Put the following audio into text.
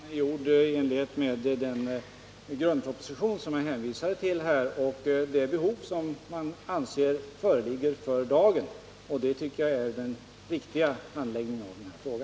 Herr talman! Bedömningen är gjord i enlighet med den grundproposition som jag hänvisade till och det behov som man anser föreligger för dagen, och det tycker jag är den riktiga handläggningen av denna fråga.